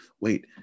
wait